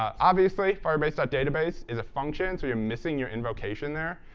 obviously firebase database is a function, so you're missing your invocation there.